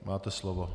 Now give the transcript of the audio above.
Máte slovo.